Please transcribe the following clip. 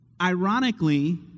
ironically